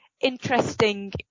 interesting